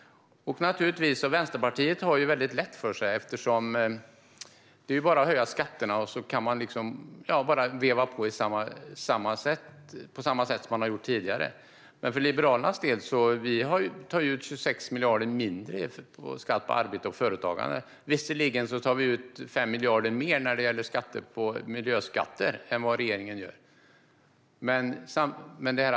Vänsterpartiet gör det väldigt lätt för sig eftersom det bara är att höja skatterna och så kan man veva på på samma sätt som man har gjort tidigare. Liberalerna tar ut 26 miljarder mindre i skatt på arbete och företagande, även om vi visserligen tar ut 5 miljarder mer i miljöskatter än regeringen.